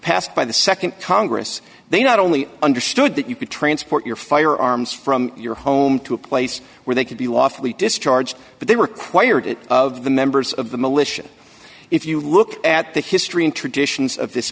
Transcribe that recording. passed by the nd congress they not only understood that you could transport your firearms from your home to a place where they could be lawfully discharged but they require it of the members of the militia if you look at the history and traditions of this